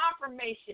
confirmation